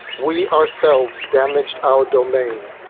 we ourselves damaged our domain,